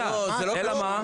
זאת הבעיה.